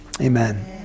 Amen